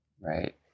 Right